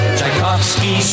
Tchaikovsky